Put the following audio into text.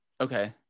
Okay